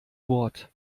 wort